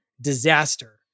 disaster